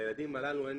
ואלה המלצות של